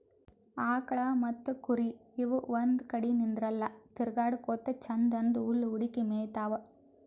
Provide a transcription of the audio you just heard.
ಆಕಳ್ ಮತ್ತ್ ಕುರಿ ಇವ್ ಒಂದ್ ಕಡಿ ನಿಂದ್ರಲ್ಲಾ ತಿರ್ಗಾಡಕೋತ್ ಛಂದನ್ದ್ ಹುಲ್ಲ್ ಹುಡುಕಿ ಮೇಯ್ತಾವ್